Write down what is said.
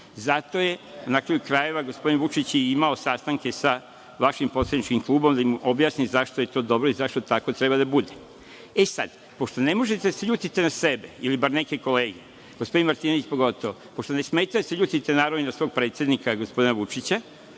Zato je na kraju krajeva gospodin Vučić imao sastanke sa vašim poslaničkim klubom, da objasni zašto je to dobro i zašto treba tako da bude. Sada, pošto ne možete da se ljutite na sebe ili neke kolege, gospodin Martinović pogotovo, pošto ne smete da se ljutite ni na svog predsednika, gospodina Vučića,